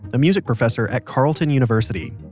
a music professor at carleton university.